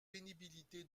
pénibilité